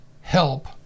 help